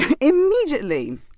Immediately